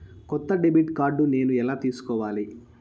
కొత్త debit card నేను ఎలా తీసుకోవాలి?